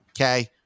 okay